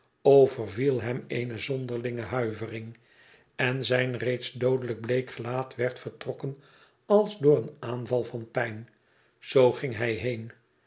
overviel hem eene zonderlinge huivering en zijn reeds doodelijk bleek gelaat werd vertrokken als door een aanval van pijn zoo ging hij heen